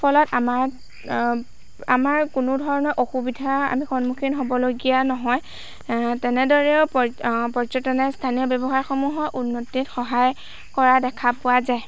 ফলত আমাৰ আমাৰ কোনো ধৰণৰ অসুবিধাৰ আমি সন্মুখীন হ'বলগীয়া নহয় তেনেদৰেও পৰ্যটনে স্থানীয় ব্যৱসায় সমূহৰ উন্নতিত সহায় কৰা দেখা পোৱা যায়